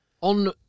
on